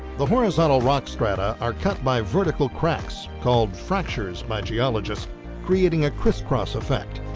the horizontal rock strata are cut by vertical cracks called fractures by geologists creating a crisscross effect.